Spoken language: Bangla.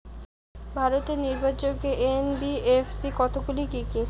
ভারতের নির্ভরযোগ্য এন.বি.এফ.সি কতগুলি কি কি?